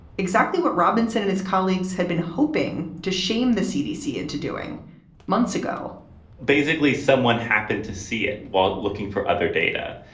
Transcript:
exactly what robinson and his colleagues had been hoping to shame the cdc into doing months ago basically, someone happened to see it while looking for other data,